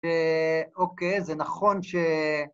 ש... אוקיי, זה נכון ש...